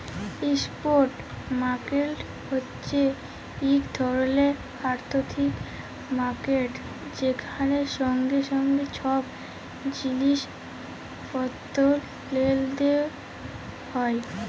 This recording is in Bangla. ইস্প্ট মার্কেট হছে ইক ধরলের আথ্থিক মার্কেট যেখালে সঙ্গে সঙ্গে ছব জিলিস পত্তর লেলদেল হ্যয়